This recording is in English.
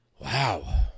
Wow